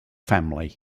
family